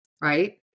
right